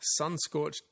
sunscorched